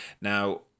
now